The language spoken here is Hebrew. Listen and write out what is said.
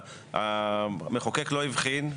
המחוקק לא הבחין,